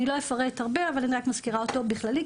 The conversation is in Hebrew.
אני לא אפרט הרבה אבל אני רק מזכירה אותו בכללי,